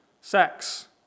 sex